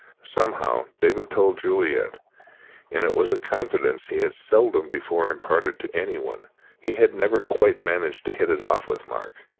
somehow, david told juliet and it was a confidence he had seldom before imparted to anyone he had never quite managed to hit it off with mark.